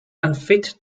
unfit